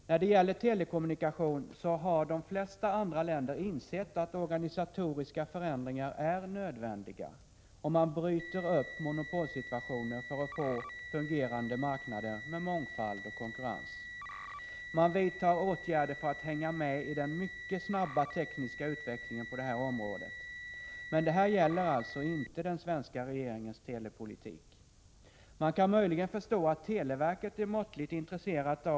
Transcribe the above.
När det gäller telekommunikation har man i de flesta andra länder insett att organisatoriska förändringar är nödvändiga, och man bryter upp monopolsituationer för att få fungerande marknader med mångfald och konkurrens. Man vidtar åtgärder för att hänga med i den mycket snabba tekniska utvecklingen på området. Men det här gäller alltså inte den svenska regeringens telepolitik! Man kan möjligen förstå att televerket är måttligt intresserat av att utsättas Prot.